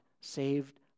saved